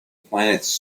planets